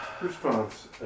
Response